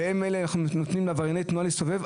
ואיך אנחנו נותנים לעברייני תנועה להסתובב,